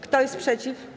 Kto jest przeciw?